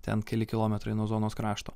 ten keli kilometrai nuo zonos krašto